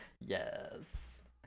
Yes